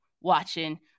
watching